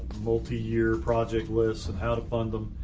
multi year project lists and how to fund them.